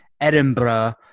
Edinburgh